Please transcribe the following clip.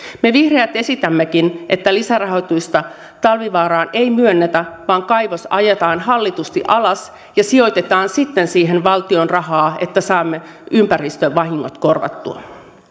me vihreät esitämmekin että lisärahoitusta talvivaaraan ei myönnetä vaan kaivos ajetaan hallitusti alas ja sijoitetaan sitten siihen valtion rahaa että saamme ympäristövahingot korvattua